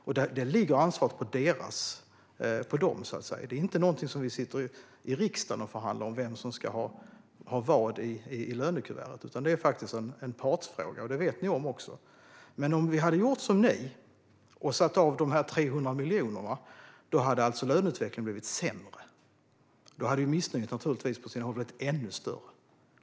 Ansvaret ligger på dem. Vem som ska ha vad i lönekuvertet är inte någonting som vi sitter i riksdagen och förhandlar om, utan det är en partsfråga. Det vet ni också om. Om man hade gjort som ni vill och satt av 300 miljoner hade alltså löneutvecklingen blivit sämre. Då hade missnöjet naturligtvis på sina håll varit ännu större.